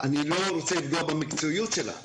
אני לא רוצה לפגוע במקצועיות שלה,